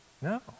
No